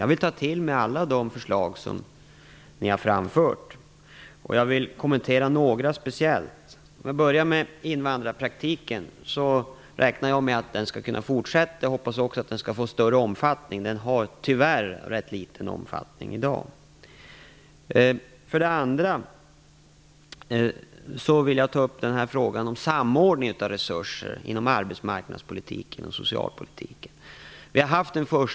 Jag tänker ta till mig alla de förslag som ni har framfört. Jag vill speciellt kommentera några förslag. När det till en början gäller invandrarpraktiken räknar jag med att den skall kunna fortsätta. Jag hoppas också att den skall kunna få större omfattning. Den har tyvärr rätt liten omfattning i dag. Sedan vill jag ta upp frågan om samordning av resurser inom arbetsmarknadspolitiken och socialpolitiken.